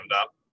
up